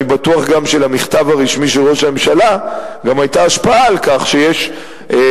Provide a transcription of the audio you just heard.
אני גם בטוח שלמכתב הרשמי של ראש הממשלה גם היתה השפעה על כך שיש אפילו